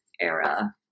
era